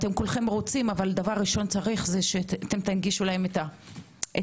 כולכם רוצים אבל דבר ראשון שצריך שתנגישו להם את המידע.